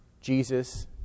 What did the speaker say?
Jesus